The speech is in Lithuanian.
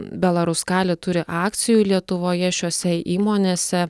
belaruskalij turi akcijų lietuvoje šiose įmonėse